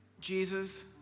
Jesus